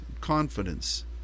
confidence